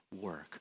work